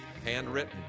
Handwritten